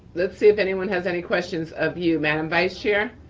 let's see if anyone has any questions of you. madam vice chair.